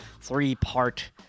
three-part